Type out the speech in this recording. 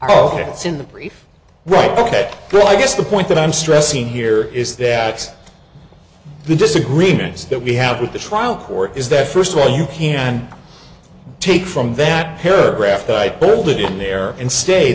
fits in the brief right ok well i guess the point that i'm stressing here is that the disagreements that we have with the trial court is that first of all you can take from that paragraph that i pulled in there and stay